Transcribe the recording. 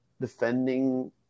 defending